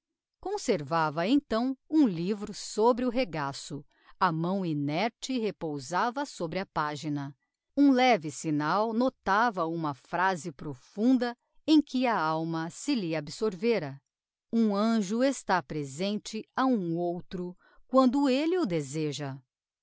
conservava então um livro sobre o regaço a mão inerte repousava sobre a pagina um leve signal notava uma phrase profunda em que a alma se lhe absorvêra um anjo está presente a um outro quando elle o deseja